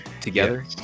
together